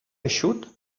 eixut